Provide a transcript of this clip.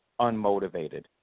unmotivated